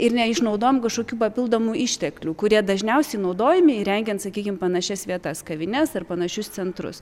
ir neišnaudojom kažkokių papildomų išteklių kurie dažniausiai naudojami įrengiant sakykim panašias vietas kavines ir panašius centrus